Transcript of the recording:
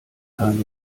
keine